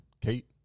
Kate